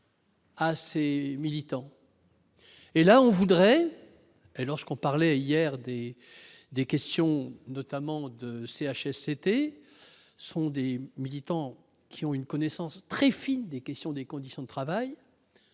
Assez militant. Et là on voudrait et lorsqu'on parlait hier des des questions notamment de CHSCT sondés militants qui ont une connaissance très fine des questions, des conditions de travail,